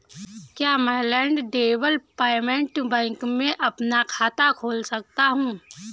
क्या मैं land development bank में अपना खाता खोल सकता हूँ?